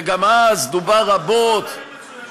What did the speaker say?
וגם אז דובר רבות, הבחירות ההן היו מצוינות.